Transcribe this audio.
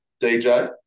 DJ